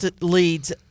leads